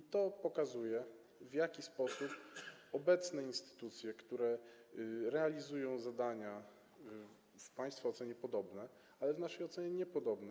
I to pokazuje, w jaki sposób obecne instytucje, które realizują zadania w państwa ocenie podobne, ale w naszej ocenie niepodobne.